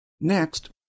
Next